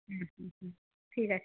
হুম হুম হুম ঠিক আছে